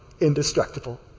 indestructible